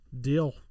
Deal